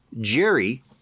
Jerry